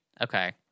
Okay